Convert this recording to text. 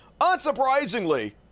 unsurprisingly